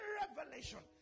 revelation